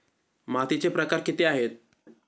मातीचे प्रकार किती आहेत?